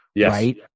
right